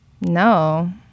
No